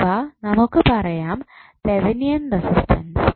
അധവാ നമുക്ക് പറയാം Thevenin resistance